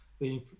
leading